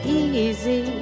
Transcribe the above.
easy